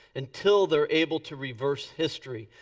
until they're able to reverse history.